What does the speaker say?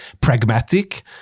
pragmatic